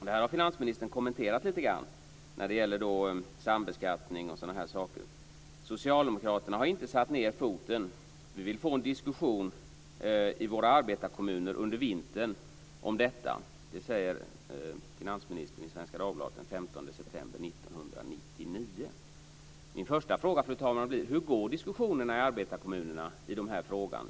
Det här har finansministern kommenterat lite grann när det gäller sambeskattning och sådant: "Socialdemokraterna har inte satt ned foten. Vi vill få en diskussion i våra arbetarekommuner under vintern om detta." Det säger finansministern i Svenska Dagbladet den 15 september 1999. Fru talman! Min första fråga blir: Hur går diskussionerna i arbetarekommunerna i den här frågan?